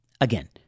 Again